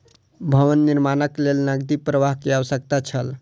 भवन निर्माणक लेल नकदी प्रवाह के आवश्यकता छल